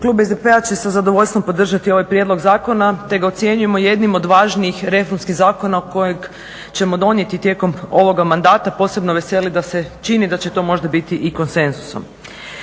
Klub SDP-a će sa zadovoljstvom podržati ovaj prijedlog zakona te ga ocjenjujemo jednim od važnih reformskih zakona kojeg ćemo donijeti tijekom ovoga mandata, posebno veseli da se čini da će to možda biti i konsenzusom.